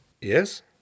Yes